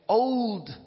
old